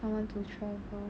I want to travel